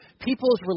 people's